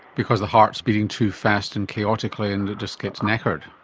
because the heart is beating too fast and chaotically and it just gets knackered.